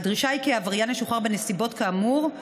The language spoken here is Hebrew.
הדרישה היא שהעבריין ישוחרר בנסיבות כאמור,